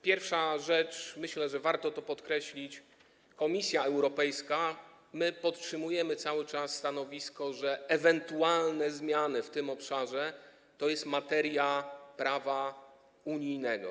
Pierwsza rzecz, myślę, że warto to podkreślić: Komisja Europejska, my podtrzymujemy cały czas stanowisko, że ewentualne zmiany w tym obszarze to jest materia prawa unijnego.